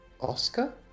Oscar